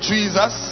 Jesus